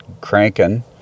cranking